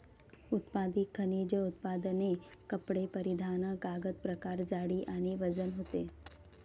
उत्पादित खनिज उत्पादने कपडे परिधान कागद प्रकार जाडी आणि वजन होते